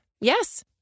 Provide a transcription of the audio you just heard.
Yes